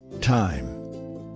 Time